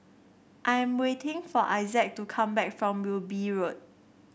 I am waiting for Issac to come back from Wilby Road